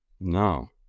No